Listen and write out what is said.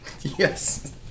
Yes